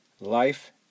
Life